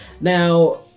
Now